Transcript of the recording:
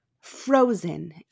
Frozen